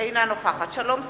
אינה נוכחת שלום שמחון,